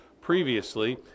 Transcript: previously